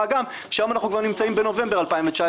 מה גם שהיום אנחנו נמצאים בנובמבר 2019,